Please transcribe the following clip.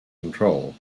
control